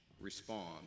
respond